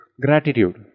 gratitude